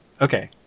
Okay